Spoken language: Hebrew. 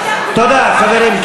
ההצעה של הופמן, תודה, חברים.